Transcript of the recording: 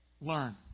Learn